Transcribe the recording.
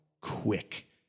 quick